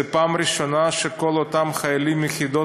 זו הפעם הראשונה שכל אותם חיילים מיחידות